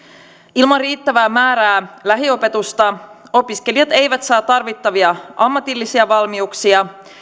ilman riittävää määrää lähiopetusta opiskelijat eivät saa tarvittavia ammatillisia valmiuksia